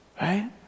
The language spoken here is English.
right